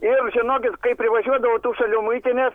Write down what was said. ir žinokit kai privažiuodavau tų šalių muitinės